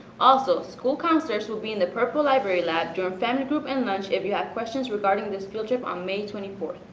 also, school counselors will be in the purple library lab during family group and lunch if you have questions regarding this field trip on may twenty four.